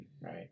right